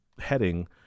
heading